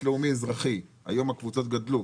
לאומי-אזרחי היום הקבוצות גדלו,